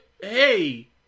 Hey